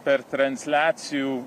per transliacijų